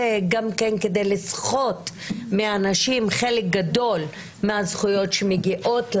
כדי לסחוט מהנשים חלק גדול מהזכויות שמגיעות להן.